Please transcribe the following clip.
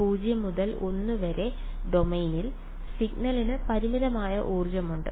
0 മുതൽ l വരെയുള്ള ഡൊമെയ്നിൽ സിഗ്നലിന് പരിമിതമായ ഊർജ്ജമുണ്ട്